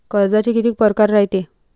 कर्जाचे कितीक परकार रायते?